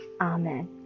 Amen